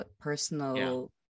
personal